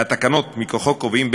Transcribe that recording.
והתקנות מכוחו קובעים,